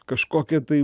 kažkokią tai